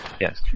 Yes